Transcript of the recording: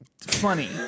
Funny